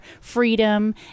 freedom